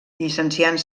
llicenciant